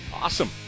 Awesome